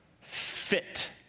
fit